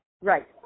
Right